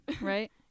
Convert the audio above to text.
Right